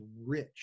rich